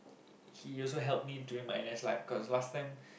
he also help me during my N_S life cause last time